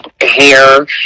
hair